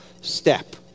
step